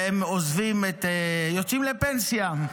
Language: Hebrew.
והם עוזבים, יוצאים לפנסיה: